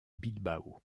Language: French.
bilbao